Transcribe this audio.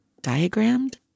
diagrammed